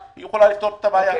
היא יכולה לפתור את הבעיה.